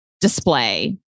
display